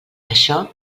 això